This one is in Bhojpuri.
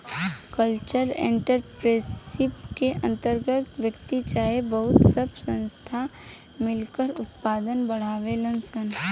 कल्चरल एंटरप्रेन्योरशिप के अंतर्गत व्यक्ति चाहे बहुत सब संस्थान मिलकर उत्पाद बढ़ावेलन सन